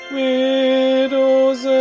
widows